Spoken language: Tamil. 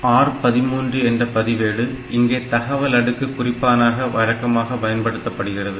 R 13 என்ற பதிவேடு இங்கே தகவல் அடுக்கு குறிப்பானாக வழக்கமாக பயன்படுத்தப்படுகிறது